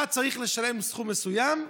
אחד צריך לשלם סכום מסוים,